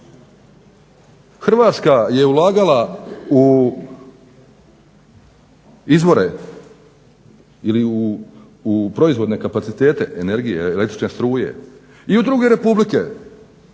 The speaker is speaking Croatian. Hrvatska je ulagala u izvore ili u proizvodne kapacitete energije, električne struje i u druge republike